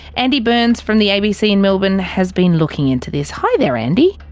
andy burns from the abc in melbourne has been looking into this. hi there andy.